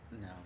No